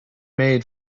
made